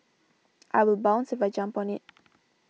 I will bounce if I jump on it